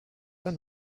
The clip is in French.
pas